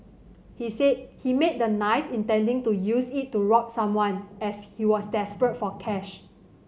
he said he made the knife intending to use it to rob someone as he was desperate for cash